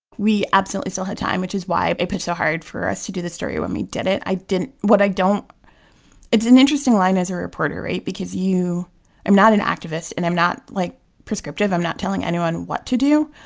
we absolutely still have time, which is why i pitched so hard for us to do this story when we did it. i didn't what i don't it's an interesting line as a reporter right? because you i'm not an activist. and i'm not, like, prescriptive. i'm not telling anyone what to do.